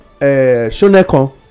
Shoneko